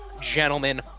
gentlemen